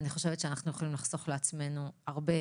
אני חושבת שאנחנו יכולים לחסוך לעצמנו באמת הרבה